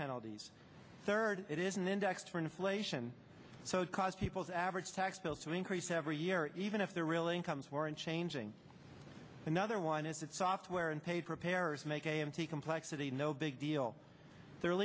penalties third it isn't indexed for inflation so it caused people's average tax bill to increase every year even if there really comes were in changing another one is that software and paid preparers make a m t complexity no big deal there a